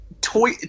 Toy